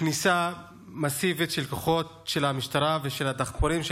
לכניסה מסיבית של כוחות של המשטרה ושל הדחפורים של